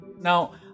Now